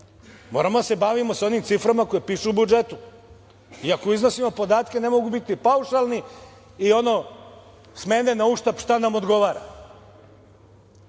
Moramo da se bavimo sa onim ciframa koje piše u budžetu. I ako iznosimo podatke, ne mogu biti paušalni i ono s mene na uštap, šta nam odgovara. Da,